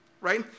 right